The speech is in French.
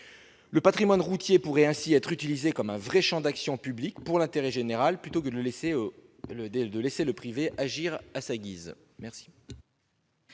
le Patrimoine routier pourrait ainsi être utilisé comme un vrai Champ d'action publique pour l'intérêt général plutôt que de le laisser le de laisser le privé agir à sa guise,